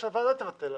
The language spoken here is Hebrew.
או שהוועדה תבטל.